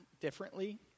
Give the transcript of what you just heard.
differently